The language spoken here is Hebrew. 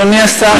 אדוני השר,